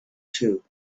too